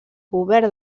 govern